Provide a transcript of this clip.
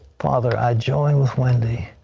father, i join with wendy,